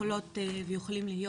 יכולות ויכולים להיות